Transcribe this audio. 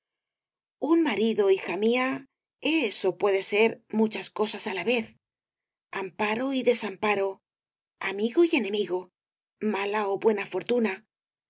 un marido hija mía es ó puede ser muchas cosas á la vez amparo y desamparo amigo y enemigo mala ó buena fortuna